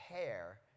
hair